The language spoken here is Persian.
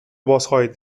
بازخواهید